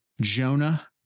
jonah